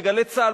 ב"גלי צה"ל",